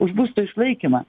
už būsto išlaikymą